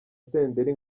senderi